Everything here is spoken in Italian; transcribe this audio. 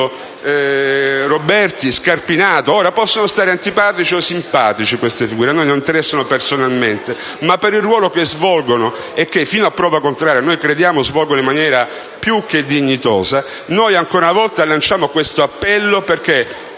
Davico, Roberti, Scarpinato, che possono risultare antipatici o simpatici, ma che a noi non interessano personalmente, bensì per il ruolo che svolgono e che, fino a prova contraria, crediamo svolgano in maniera più che dignitosa. Ancora una volta lanciamo un appello affinché